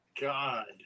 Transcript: God